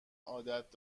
عادت